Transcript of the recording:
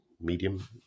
medium